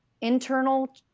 internal